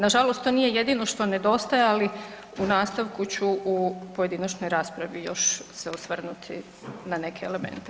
Nažalost to nije jedino što nedostaje, ali u nastavku ću u pojedinačnoj raspravi još se osvrnuti na neke elemente.